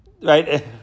Right